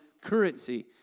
currency